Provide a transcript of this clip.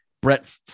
Brett